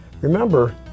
Remember